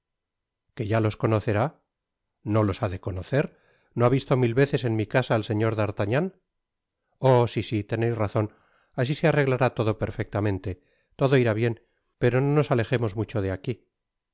que ya los conocerá no los ha de conocer no ha visto mil veces en mi casa al señor d'artagnan oh si si teneis razon asi se arreglará todo perfectamente todo irá bien pero no nos alejemos mucho de aqui